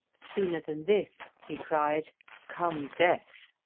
sooner than this, he cried come death.